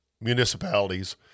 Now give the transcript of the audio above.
municipalities